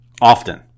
Often